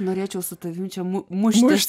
norėčiau su tavim čia mu muštis